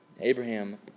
Abraham